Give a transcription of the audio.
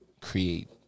create